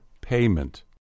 payment